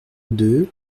deux